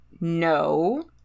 no